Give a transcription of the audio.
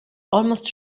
almost